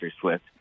Swift